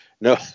no